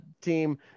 team